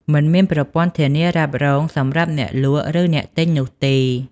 មិនមានប្រព័ន្ធធានារ៉ាប់រងសម្រាប់អ្នកលក់ឬអ្នកទិញនោះទេ។